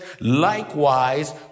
likewise